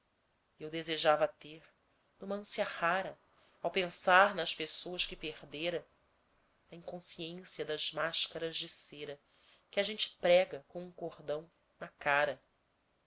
eu desejava ter numa ânsia rara ao pensar nas pessoas que perdera a inconsciência das máscaras de cera que a gente prega como um cordão na cara